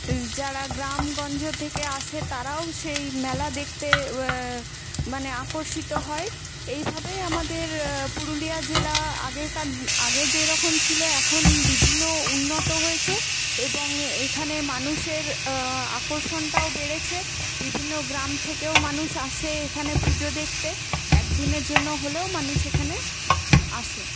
যারা গ্রামগঞ্জ থেকে আসে তারাও সেই মেলা দেখতে মানে আকর্ষিত হয় এইভাবেই আমাদের পুরুলিয়া জেলা আগেকার আগে যেরকম ছিল এখন বিভিন্ন উন্নত হয়েছে এবং এইখানে মানুষের আকর্ষণটাও বেড়েছে বিভিন্ন গ্রাম থেকেও মানুষ আসে এখানে পুজো দেখতে একদিনের জন্য হলেও মানুষ এখানে আসে